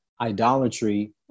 idolatry